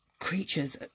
creatures